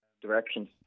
direction